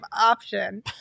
option